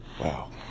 Wow